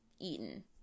eaten